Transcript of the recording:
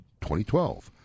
2012